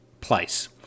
place